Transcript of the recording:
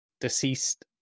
deceased